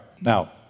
Now